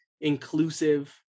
inclusive